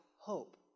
hope